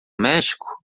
méxico